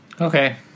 Okay